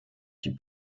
die